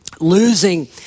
losing